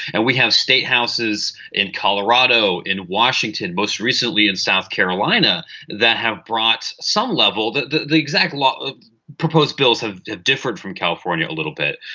and we have statehouses in colorado in washington most recently in south carolina that have brought some level that that the exact lot of proposed bills have differed from california a little bit.